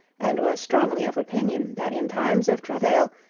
and was strongly of opinion that in times of travail,